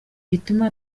bituma